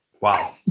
wow